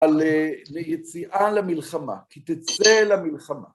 על היציאה למלחמה, כי תצא אל המלחמה.